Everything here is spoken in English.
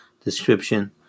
description